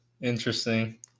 Interesting